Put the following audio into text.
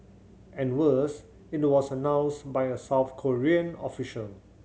and worse it was announced by a South Korean official